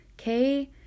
okay